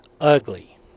ugly